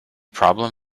problem